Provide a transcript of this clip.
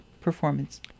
performance